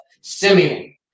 Simeon